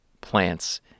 plants